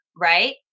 right